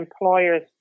employers